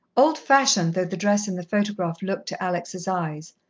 old-fashioned though the dress in the photograph looked to alex' eyes,